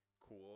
cool